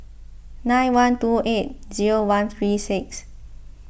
nine one two eight zero one three six